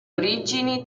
origini